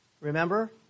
remember